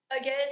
again